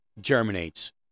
germinates